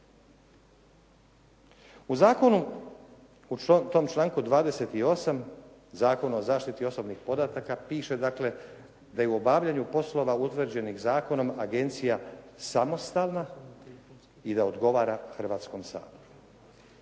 u tom članku 28. Zakona o zaštitit osobnih podataka piše dakle da je u obavljanju poslova utvrđenih zakonom Agencija samostalna i da odgovara Hrvatskom saboru.